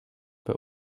but